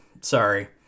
Sorry